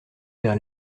vers